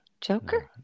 Joker